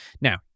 Now